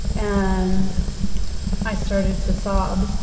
and i started to sob.